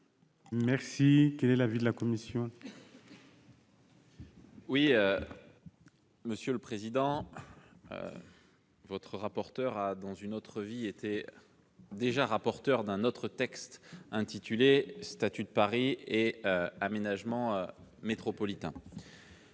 compte. Quel est l'avis de la commission ?